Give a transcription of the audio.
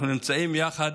אנחנו נמצאים יחד